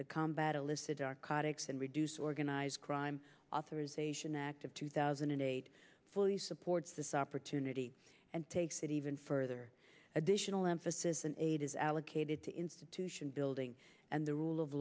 to combat alyssa dark arctics and reduce organized crime authorization act of two thousand and eight fully supports this opportunity and takes it even further additional emphasis in aid is allocated to institution building and the rule of